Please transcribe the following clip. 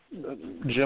Jim